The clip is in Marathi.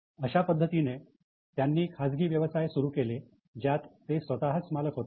अशा पद्धतीने त्यांनी खाजगी व्यवसाय सुरू केले ज्यात ते स्वतःच मालक होते